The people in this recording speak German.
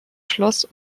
schloss